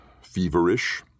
feverish